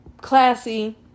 classy